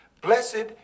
blessed